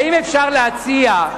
האם אפשר להציע,